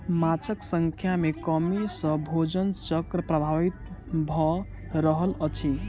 माँछक संख्या में कमी सॅ भोजन चक्र प्रभावित भ रहल अछि